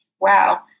Wow